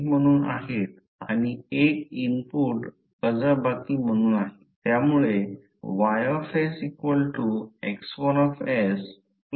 आणि H magnetic field ampere per metre किंवा नंतर अँपिअर टन पर मीटर पाहू जे B H कॉन्स्टंट आहे नंतर फ्लक्स डेन्सिटी मग्नेटायझिंग फोर्स हा रेशो नेहमी कॉन्स्टंट असतो